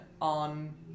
on